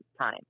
time